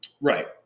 Right